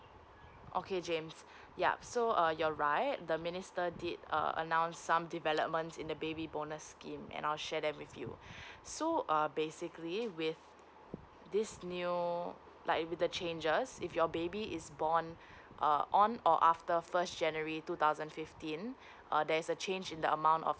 okay james yup so uh you're right the minister did a~ announce some developments in the baby bonus scheme and I'll share them with you so err basically with this new like with the changes if your baby is born err on or after first january two thousand fifteen uh there's a change in the amount of